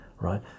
right